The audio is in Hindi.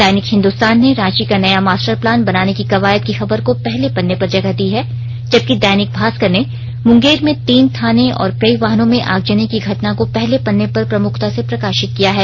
दैनिक हिन्दुस्तान ने रांची का नया मास्टर प्लान बनाने की कवायद की खबर को पहले पन्ने पर जगह दी है जबकि दैनिक भास्कर ने मुंगेर में तीन थाने और कई वाहनों में आगजनी की घटना को पहले पन्ने पर प्रमुखता से प्रकाशित किया है